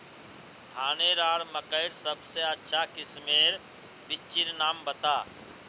धानेर आर मकई सबसे अच्छा किस्मेर बिच्चिर नाम बता?